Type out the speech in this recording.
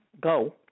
Go